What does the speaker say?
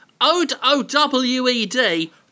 O-W-E-D